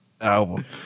album